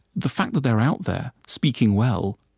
the fact that they're out there speaking well,